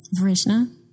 Varishna